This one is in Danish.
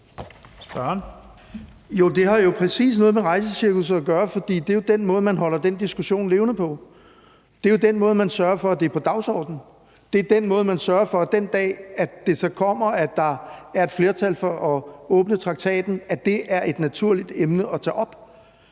det har præcis noget med rejsecirkusset at gøre, for det er jo den måde, man holder den diskussion levende på. Det er jo på den måde, man sørger for, at det er på dagsordenen. Det er på den måde, man sørger for, at der den dag, hvor det så kommer, er et flertal for at åbne traktaten, og at det er et naturligt emne at tage op.